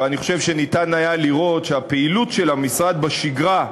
ואני חושב שניתן היה לראות שהפעילות של המשרד בשגרה,